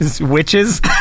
witches